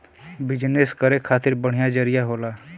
business करे खातिर बढ़िया जरिया होला